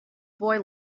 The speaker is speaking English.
boy